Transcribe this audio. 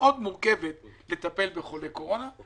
מורכבת מאוד לטפל בחולי קורונה.